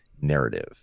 narrative